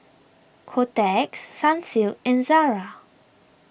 Kotex Sunsilk and Zara